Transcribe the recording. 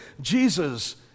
Jesus